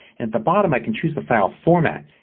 at the bottom i can choose the file format.